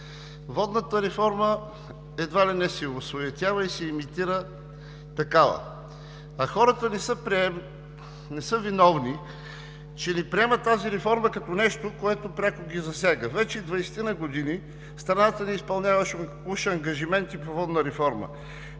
Водната реформа едва ли не се осуетява и се имитира такава. А хората не са виновни, че не приемат тази реформа като нещо, което пряко ги засяга. Вече двадесетина години страната ни изпълняваше уж ангажименти по водна реформа.